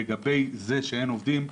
לגבי זה שאין עובדים,